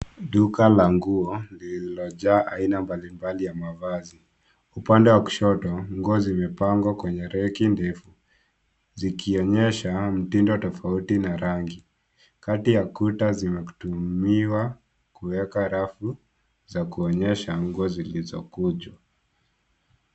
Duka la nguo lililojaa aina mbalimbali ya mavazi, Upande wa kushoto nguo zimepangwa kwenye reki ndefu zikionyesha mtindo tofauti na rangi. Kati ya akuta zimetumiwa kuweka rafu za kuonyesha nguo zilizokuja.